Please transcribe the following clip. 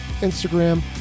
Instagram